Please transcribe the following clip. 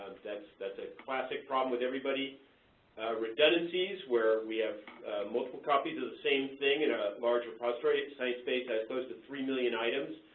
that a classic problem with everybody redundancies, where we have multiple copies of the same thing in a large repository. sciencebase has close to three million items.